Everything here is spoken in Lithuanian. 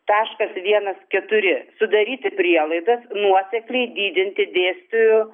taškas vienas keturi sudaryti prielaidas nuosekliai didinti dėstytojų